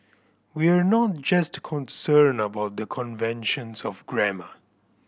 we're not just concerned about the conventions of grammar